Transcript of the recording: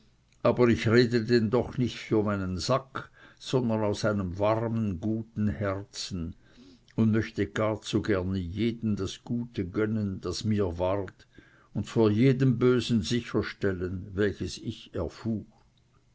aber ich rede denn doch nicht für meinen sack sondern aus einem warmen guten herzen und möchte gar zu gerne jedem das gute gönnen das mir ward und vor jedem bösen sicherstellen welches ich erfuhr